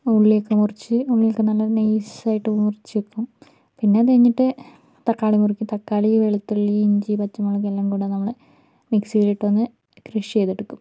ഉള്ളിയൊക്കെ മുറിച്ചു ഉള്ളിയൊക്കെ നല്ല നൈസായിട്ടു മുറിച്ചു വയ്ക്കും പിന്നെ അതു കഴിഞ്ഞിട്ട് തക്കാളി മുറിക്കും തക്കാളി വെളുത്തുള്ളി ഇഞ്ചി പച്ചമുളക് എല്ലാംകൂടി നമ്മൾ മിക്സിയിലിട്ടൊന്ന് ക്രഷു ചെയ്തെടുക്കും